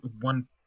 one